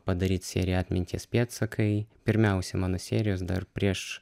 padaryt seriją atminties pėdsakai pirmiausia mano serijos dar prieš